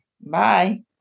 Bye